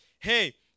hey